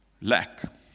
lack